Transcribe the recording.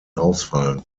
ausfallen